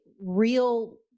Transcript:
real